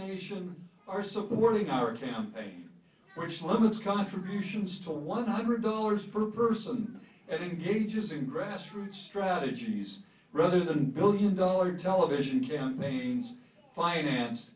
nation are supporting our campaign which limits contributions to one hundred dollars per person engages in grassroots strategies rather than billion dollar television campaigns finance